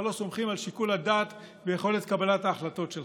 לא סומכים על שיקול הדעת ויכולת קבלת ההחלטות שלך.